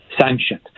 sanctioned